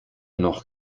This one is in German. noch